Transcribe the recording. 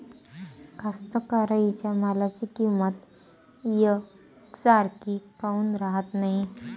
कास्तकाराइच्या मालाची किंमत यकसारखी काऊन राहत नाई?